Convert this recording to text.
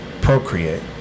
procreate